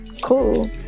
cool